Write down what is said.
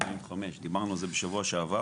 דיברנו על זה בשבוע שעבר.